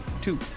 Two